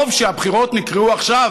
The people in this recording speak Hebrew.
טוב שהבחירות נקבעו עכשיו,